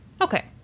Okay